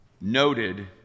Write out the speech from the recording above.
noted